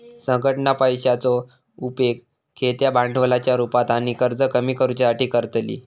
संघटना पैशाचो उपेग खेळत्या भांडवलाच्या रुपात आणि कर्ज कमी करुच्यासाठी करतली